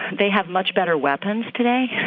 they have much better weapons today.